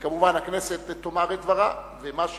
וכמובן, הכנסת תאמר את דברה, ומה שיוכרע,